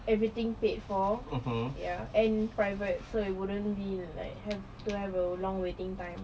everything paid for ya and private so it wouldn't be like have to have a long waiting time